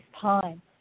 time